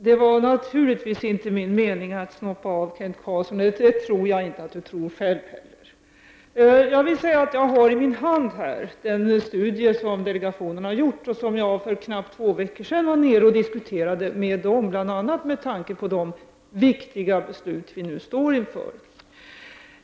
Herr talman! Det var naturligtvis inte min mening att snoppa av Kent Carlsson. Det tror jag inte heller att Kent Carlsson själv trodde. Jag har i min hand den studie som delegationen har gjort. För knappt två veckor sedan var jag och diskuterade studien med delegationen, bl.a. med tanke på de viktiga beslut som vi nu står inför.